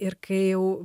ir kai jau